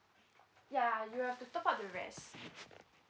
ya you have to top up the rest